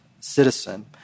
citizen